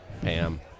Pam